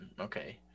Okay